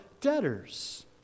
debtors